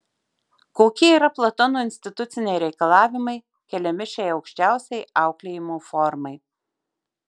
kokie yra platono instituciniai reikalavimai keliami šiai aukščiausiai auklėjimo formai